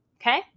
Okay